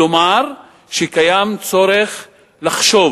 כלומר, קיים צורך לחשוב